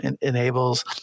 enables